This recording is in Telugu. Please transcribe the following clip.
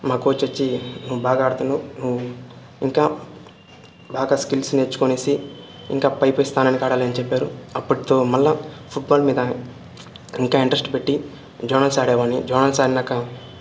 మా కోచ్ వచ్చి నువ్వు బాగా ఆడుతున్నావవు నువ్వు ఇంకా బాగా స్కిల్స్ నేర్చుకునేసి ఇంకా పై పై స్థానానికి ఆడాలని చెప్పారు అప్పటితో మళ్ళీ ఫుడ్బాల్ మీద ఇంకా ఇంట్రెస్ట్ పెట్టి జోనల్స్ ఆడేవాన్ని జోనల్స్ ఆడినాక